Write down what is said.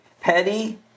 Petty